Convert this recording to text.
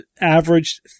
averaged